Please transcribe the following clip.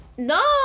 No